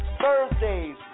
Thursdays